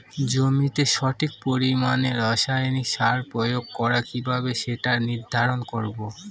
জমিতে সঠিক পরিমাণে রাসায়নিক সার প্রয়োগ করা কিভাবে সেটা নির্ধারণ করব?